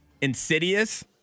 Insidious